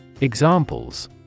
Examples